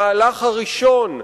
המהלך הראשון,